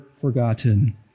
forgotten